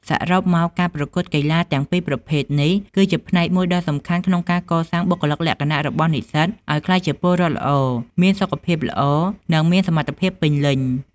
សរុបមក ការប្រកួតកីឡាទាំងពីរប្រភេទនេះ គឺជាផ្នែកមួយដ៏សំខាន់ក្នុងការកសាងបុគ្គលិកលក្ខណៈរបស់និស្សិតឱ្យក្លាយជាពលរដ្ឋល្អ មានសុខភាពល្អ និងមានសមត្ថភាពពេញលេញ។